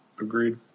Agreed